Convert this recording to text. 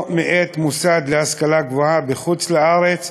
או מאת מוסד להשכלה גבוהה בחוץ-לארץ,